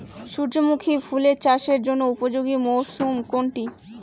সূর্যমুখী ফুল চাষের জন্য উপযোগী মরসুম কোনটি?